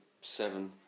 seven